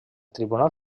tribunal